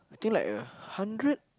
I think like a hundred